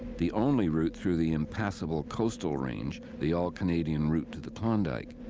the only route through the impassable coastal range the all-canadian route to the klondike.